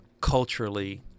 culturally